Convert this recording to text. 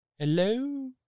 Hello